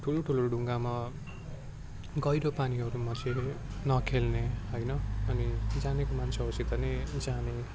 ठुलो ठुलो ढुङ्गामा गहिरो पानीहरूमा चाहिँ नखेल्ने होइन अनि जानेको मान्छेहरूसित नै जाने